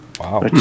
Wow